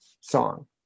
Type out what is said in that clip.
song